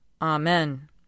Amen